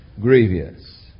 grievous